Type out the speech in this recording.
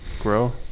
grow